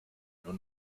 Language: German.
nur